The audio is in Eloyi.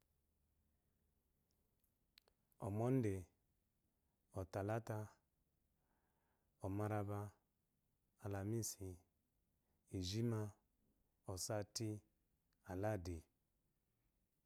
Omonde, otalata, omararaba, alamisi, ijima, osati, aladi